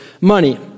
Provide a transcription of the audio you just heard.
money